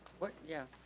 what, yeah.